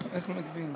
איך מגביהים?